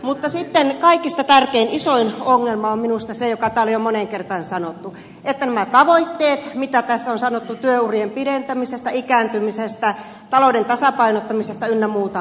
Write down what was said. mutta sitten kaikista tärkein isoin ongelma on minusta se mikä täällä jo moneen kertaan on sanottu että nämä tavoitteet mitä tässä on sanottu työurien pidentämisestä ikääntymisestä talouden tasapainottamisesta ynnä muuta